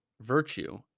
virtue